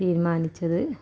തീരുമാനിച്ചത്